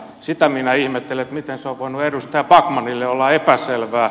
sitä minä ihmettelen miten se on voinut edustaja backmanille olla epäselvää